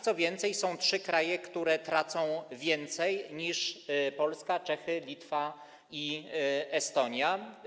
Co więcej, są trzy kraje, które tracą więcej niż Polska - Czechy, Litwa i Estonia.